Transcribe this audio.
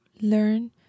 learn